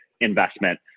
investment